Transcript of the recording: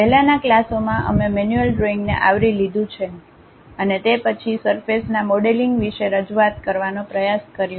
પહેલાના ક્લાસોમાં અમે મેન્યુઅલ ડ્રોઇંગને આવરી લીધું છે અને તે પછી સરફેસના મોડેલિંગ વિશે રજૂઆત કરવાનો પ્રયાસ કર્યો